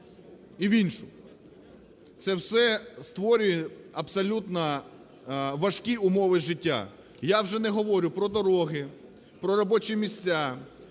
і в іншу. Це все створює абсолютно важкі умови життя. Я вже не говорю про дороги, про робочі місця,